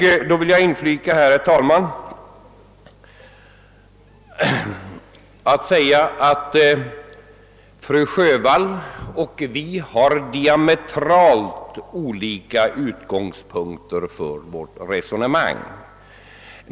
Jag vill här inflicka, herr talman, att fru Sjövall och vi har diametralt olika utgångspunkter för vårt resonemang.